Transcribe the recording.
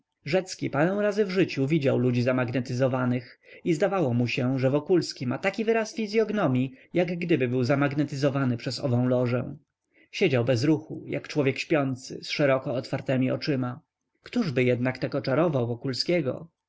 rzecki parę razy w życiu widział ludzi zamagnetyzowanych i zdawało mu się że wokulski ma taki wyraz fizyognomii jak gdyby był zamagnetyzowany przez owę lożę siedział bez ruchu jak człowiek śpiący z szeroko otwartemi oczyma ktoby jednakże tak oczarował wokulskiego